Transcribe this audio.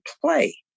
play